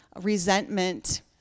resentment